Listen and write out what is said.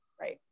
Right